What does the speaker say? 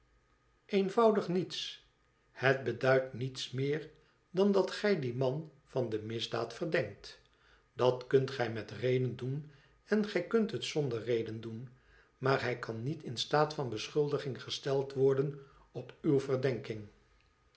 eenvoudig niets het beduidt niets meer dan dat gij dien man van de misdaad verdenkt dat kunt gij met reden doen en gij kunt het zonder reden doen maar hij kan niet in staat van beschuldiging gesteld worden op uw verdenking